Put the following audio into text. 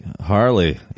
harley